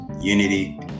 unity